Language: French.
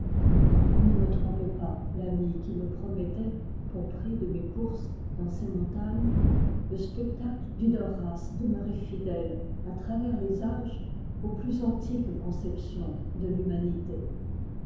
il ne me trompait pas l'ami qui me promettait pour prix de mes courses dans ces montagnes le spectacle d'une race demeurée fidèle à travers les âges aux plus antiques conceptions de l'humanité